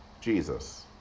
Jesus